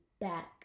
back